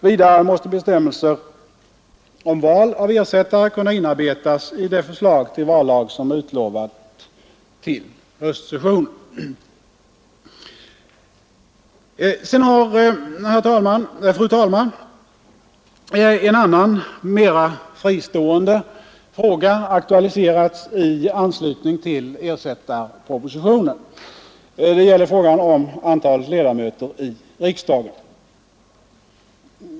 Vidare måste bestämmelser om val av ersättarna kunna inarbetas i det förslag till vallag som utlovats till höstsessionen. Sedan har, fru talman, en annan mera fristående fråga aktualiserats i anledning av ersättarpropositionen. Det gäller frågan om antalet ledamöter i riksdagen.